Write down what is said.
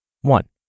One